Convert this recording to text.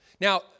Now